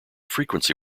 frequency